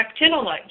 actinolite